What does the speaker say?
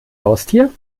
haustier